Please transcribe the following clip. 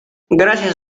gracias